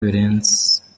birenze